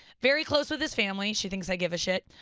very close with his family, she thinks i give a shit,